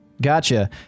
Gotcha